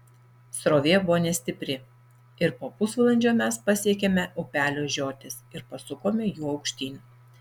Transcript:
srovė buvo nestipri ir po pusvalandžio mes pasiekėme upelio žiotis ir pasukome juo aukštyn